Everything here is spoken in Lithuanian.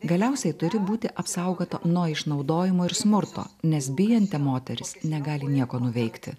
galiausiai turi būti apsaugota nuo išnaudojimo ir smurto nes bijanti moteris negali nieko nuveikti